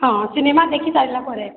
ହଁ ସିନେମା ଦେଖି ସାରିଲାପରେ